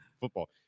football